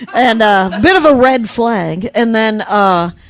and a bit of a red flag. and then ah,